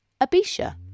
Abisha